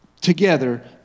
together